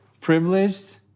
privileged